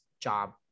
job